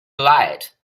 light